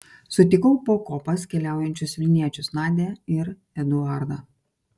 sutikau po kopas keliaujančius vilniečius nadią ir eduardą